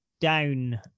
down